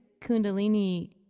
Kundalini